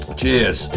cheers